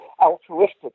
altruistic